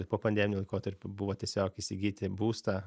ir po pandeminiu laikotarpiu buvo tiesiog įsigyti būstą